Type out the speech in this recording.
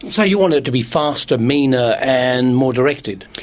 so you want it to be faster, meaner and more directed.